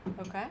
Okay